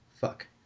fuck